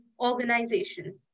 Organization